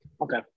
Okay